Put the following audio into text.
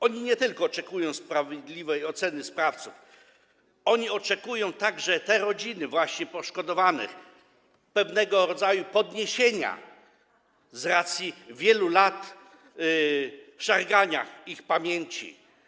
One nie tylko oczekują sprawiedliwej oceny sprawców, one oczekują także, te rodziny poszkodowanych, pewnego rodzaju podniesienia z racji wielu lat szargania ich pamięci.